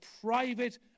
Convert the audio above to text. private